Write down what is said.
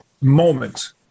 moment